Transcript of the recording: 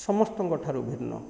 ସମସ୍ତଙ୍କଠାରୁ ଭିନ୍ନ